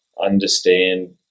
understand